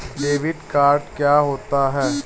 Debit card क्या होता है?